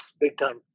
big-time